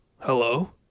Hello